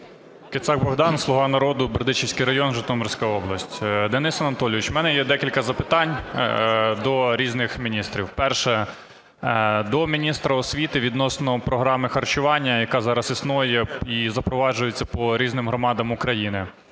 Кицак Богдан, "Слуга народу", Бердичівський район Житомирська область. Денис Анатолійович, у мене є декілька запитань до різних міністрів. Перше. До міністра освіти відносно програми харчування, яка зараз існує і запроваджується по різним громадам України.